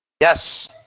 Yes